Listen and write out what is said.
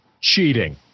cheating